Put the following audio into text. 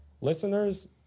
Listeners